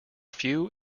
few